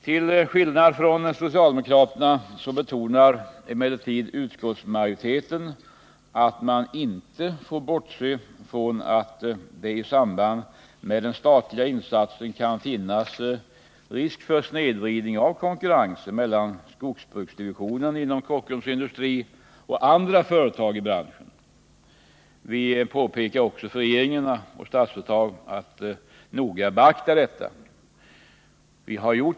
Till skillnad från socialdemokraterna betonar emellertid utskottsmajoriteten att man inte får bortse från att det i samband med den statliga insatsen kan finnas risk för snedvridning av konkurrensen mellan skogsbruksdivisionen inom Kockums Industri och andra företag i branschen. Vi påpekar också för regeringen och Statsföretag att man noga bör beakta detta.